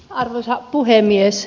arvoisa puhemies